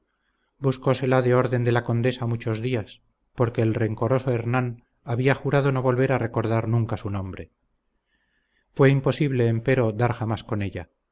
confusión buscósela de orden de la condesa muchos días porque el rencoroso hernán había jurado no volver a recordar nunca su nombre fue imposible empero dar jamás con ella